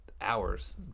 hours